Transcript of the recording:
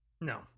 No